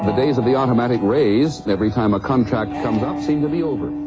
days of the automatic raise every time a contract comes up seem to be over.